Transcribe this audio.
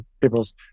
people's